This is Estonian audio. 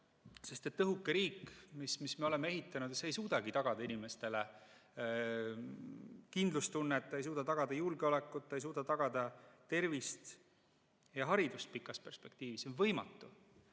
sest õhuke riik, mille me oleme ehitanud, ei suudagi tagada inimestele kindlustunnet, ta ei suuda tagada julgeolekut, ta ei suuda tagada tervist ja haridust pikas perspektiivis. See on võimatu.